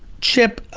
chip,